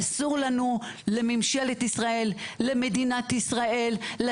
אין לנו משטרה במדינת ישראל חד